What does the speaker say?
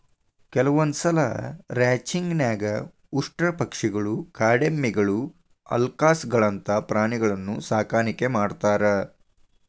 ಕೆಲವಂದ್ಸಲ ರ್ಯಾಂಚಿಂಗ್ ನ್ಯಾಗ ಉಷ್ಟ್ರಪಕ್ಷಿಗಳು, ಕಾಡೆಮ್ಮಿಗಳು, ಅಲ್ಕಾಸ್ಗಳಂತ ಪ್ರಾಣಿಗಳನ್ನೂ ಸಾಕಾಣಿಕೆ ಮಾಡ್ತಾರ